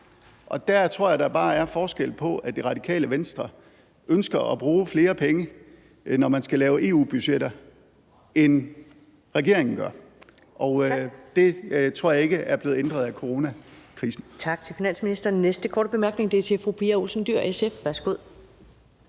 og der tror jeg bare, der er den forskel, at Det Radikale Venstre ønsker at bruge flere penge, når man skal lave EU-budgetter, end regeringen gør. Og det tror jeg ikke er blevet ændret af coronakrisen.